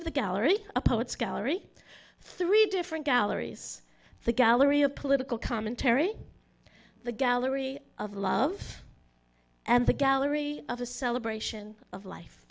of the gallery a poet's gallery three different galleries the gallery of political commentary the gallery of love and the gallery of the celebration of life